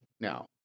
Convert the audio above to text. now